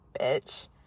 bitch